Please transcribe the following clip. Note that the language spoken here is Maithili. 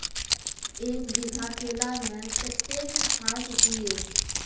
एक बीघा केला मैं कत्तेक खाद दिये?